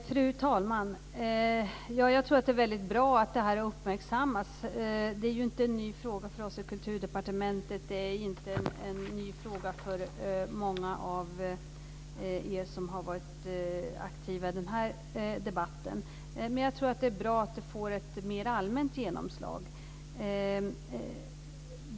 Fru talman! Jag tror att det är väldigt bra att detta uppmärksammas. Det är inte en ny fråga för oss i Kulturdepartementet och det är inte en ny fråga för många av er som har varit aktiva i den här debatten. Men jag tror att det är bra att den får ett mer allmänt genomslag.